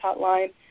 hotline